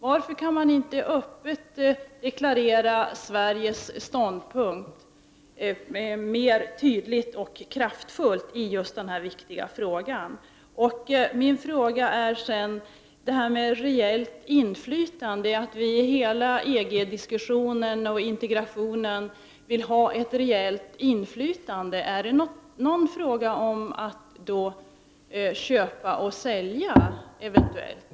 Varför kan man inte öppet deklarera Sveriges ståndpunkt mer tydligt och kraftfullt i just denna viktiga fråga? I hela EG-diskussionen och intregationen vill Sverige ha ett reellt inflytande. Är det fråga om att köpa eller sälja?